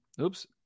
Oops